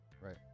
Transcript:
Right